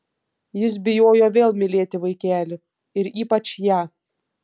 jis bijojo vėl mylėti vaikelį ir ypač ją